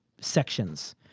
sections